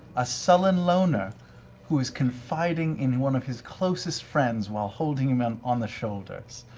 a sullen loner who is confiding in one of his closest friends while holding him him on the shoulders.